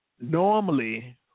normally